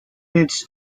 needs